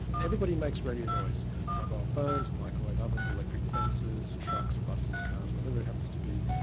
and everybody makes radio noise mobile phones, microwave ovens, electric fences, trucks, buses, cars, whatever it happens to be,